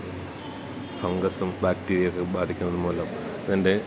ഫംഗസും ബാക്റ്റീരിയയൊക്കെ ബാധിക്കുന്നതുമൂലം അതിന്റെ